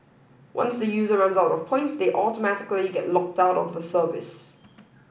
once the user runs out of points they automatically get locked out of the service